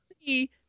see